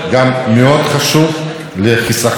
כי זה לא פחות חשוב.